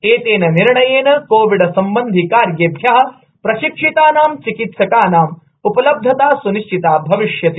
एतेन निर्णयेन कोविडसम्बन्धिकार्येभ्यः प्रशिक्षितानां चिकित्सानाम उपलब्धता स्निश्चिता भविष्यति